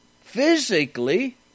physically